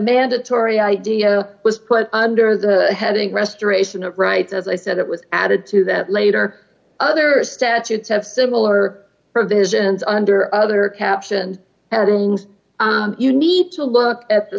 mandatory idea was put under the having restoration of rights as i said it was added to that later other statutes have similar provisions under other captioned headings you need to look at the